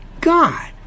God